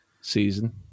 season